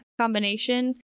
combination